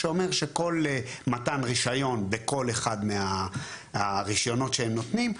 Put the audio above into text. שאומר שכל מתן רישיון בכל אחד מהרישיונות שהם נותנים,